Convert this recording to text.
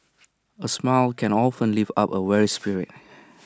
A smile can often lift up A weary spirit